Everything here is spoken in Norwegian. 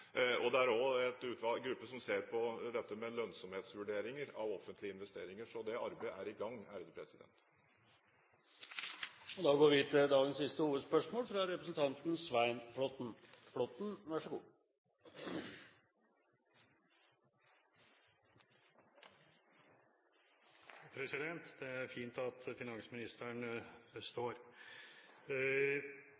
Det er også en gruppe som ser på dette med lønnsomhetsvurderinger av offentlige investeringer. Så det arbeidet er i gang. Da går vi til dagens siste hovedspørsmål. Det er fint at finansministeren står. Finansieringsordningen gjennom Eksportfinans har vært helt sentral for norske verft og norsk leverandørindustri gjennom mange år. Grunnen er at